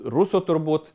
rusų turbūt